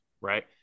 Right